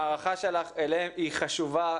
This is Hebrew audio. ההערכה שלך אליהם היא חשובה,